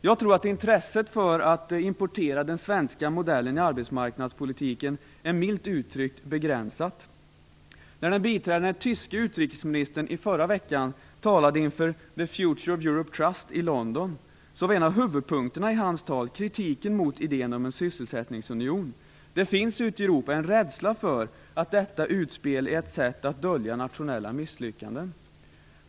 Jag tror att intresset för att importera den svenska modellen i arbetsmarknadspolitiken milt uttryckt är ganska begränsat. När den biträdande tyske utrikesministern i förra veckan talade inför The Future of Europe Trust i London var en avhuvudpunkterna i hans tal kritik mot idén om en sysselsättningsunion. Det finns ute i Europa en rädsla för att detta utspel är ett sätt att dölja nationella misslyckanden.